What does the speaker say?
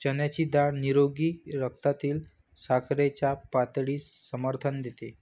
चण्याची डाळ निरोगी रक्तातील साखरेच्या पातळीस समर्थन देते